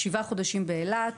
שבעה חודשים באילת,